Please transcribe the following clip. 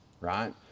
right